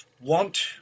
want